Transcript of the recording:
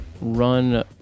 Run